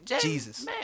Jesus